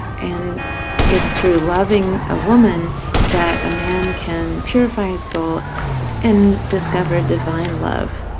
and it's through loving a woman that a man can purify his soul and discover divine love.